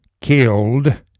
killed